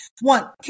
One